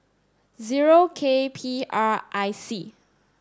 zero K P R I C